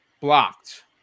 Blocked